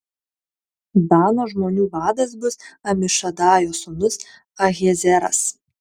dano žmonių vadas bus amišadajo sūnus ahiezeras